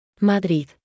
Madrid